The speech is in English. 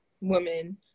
woman